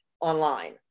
online